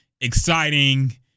exciting